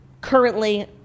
currently